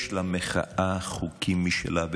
יש למחאה חוקים משלה,